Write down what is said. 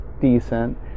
decent